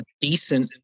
decent